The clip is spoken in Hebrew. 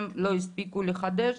הם לא הספיקו לחדש,